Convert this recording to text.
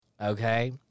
Okay